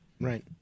Right